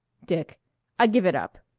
dick i give it up.